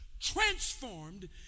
transformed